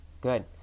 Good